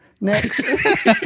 Next